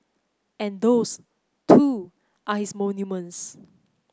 and those too are his monuments